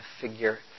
figure